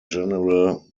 general